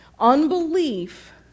unbelief